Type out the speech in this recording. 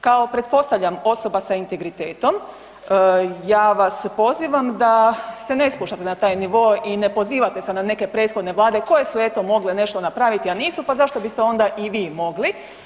Kao pretpostavljam osoba sa integritetom ja vas pozivam da se ne spuštate na taj nivo i ne pozivate se na neke prethodne vlade koje su eto mogle nešto napraviti, a nisu, pa zašto biste onda i vi mogli.